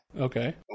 okay